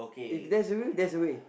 if there's a will there's a way